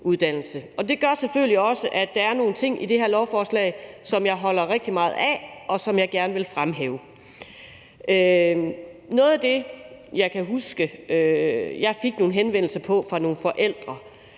det gør selvfølgelig også, at der er nogle ting i det her lovforslag, som jeg holder rigtig meget af, og som jeg gerne vil fremhæve. Noget af det, jeg kan huske jeg fik nogle henvendelser om fra nogle forældre,